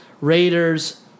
Raiders